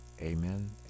Amen